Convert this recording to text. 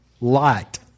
light